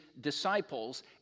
disciples